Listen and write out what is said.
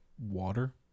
Water